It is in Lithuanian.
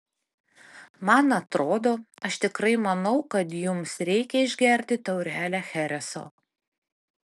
man atrodo aš tikrai manau kad jums reikia išgerti taurelę chereso